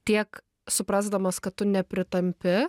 tiek suprasdamas kad tu nepritampi